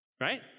right